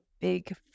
big